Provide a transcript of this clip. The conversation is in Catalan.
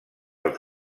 els